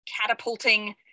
catapulting